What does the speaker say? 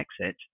exit